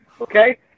Okay